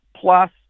plus